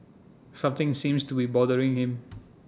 something seems to be bothering him